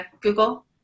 Google